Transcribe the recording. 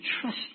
trust